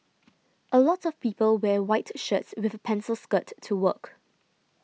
a lot of people wear white shirts with a pencil skirt to work